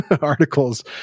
articles